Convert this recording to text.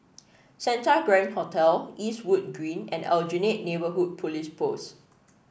Santa Grand Hotel Eastwood Green and Aljunied Neighbourhood Police Post